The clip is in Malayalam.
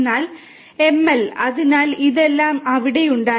എന്നാൽ ML അതിനാൽ ഇതെല്ലാം അവിടെ ഉണ്ടായിരുന്നു